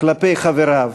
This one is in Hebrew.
כלפי חבריו,